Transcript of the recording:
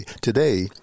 today